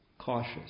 Cautious